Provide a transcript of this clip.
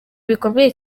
bikomeye